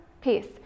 peace